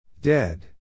Dead